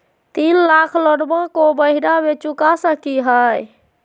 तीन लाख लोनमा को महीना मे चुका सकी हय?